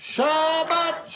Shabbat